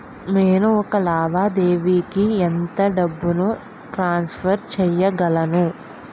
నేను ఒక లావాదేవీకి ఎంత డబ్బు ట్రాన్సఫర్ చేయగలను?